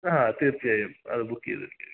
ആ തീർച്ചയായും അത് ബുക്ക് ചെയ്തിരിക്കും